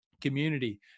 community